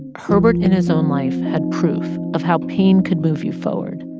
herbert in his own life had proof of how pain could move you forward.